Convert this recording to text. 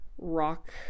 rock